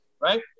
Right